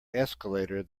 escalator